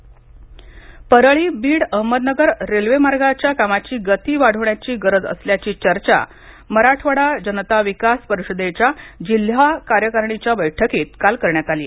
Beed railway मार्ग परळी बीड अहमदनगर रेल्वेमार्गाच्या कामाची गती वाढविण्याची गरज असल्याची चर्चा मराठवाडा जनता विकास परिषदेच्या जिल्हा कार्यकारणीच्या बैठकीत काल करण्यात आली